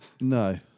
No